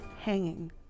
hanging